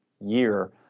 year